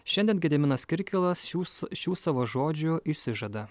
šiandien gediminas kirkilas šiūs šių savo žodžių išsižada